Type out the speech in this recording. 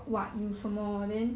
mm